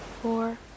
four